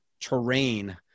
terrain